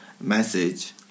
message